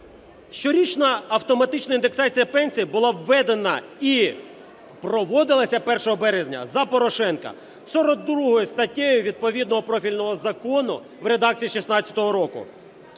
Щорічна автоматична індексація пенсій була введена і проводилася 1 березня за Порошенка 42 статтею відповідного профільного закону в редакції 16-го року.